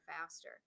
faster